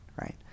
right